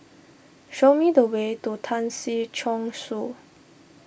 show me the way to Tan Si Chong Su